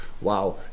Wow